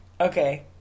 Okay